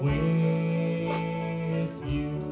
when you